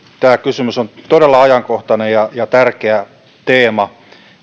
tämä on todella ajankohtainen kysymys ja tärkeä teema